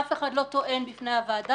כלומר, אף אחד לא טוען בפני הוועדה.